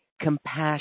compassion